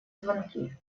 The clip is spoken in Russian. звонки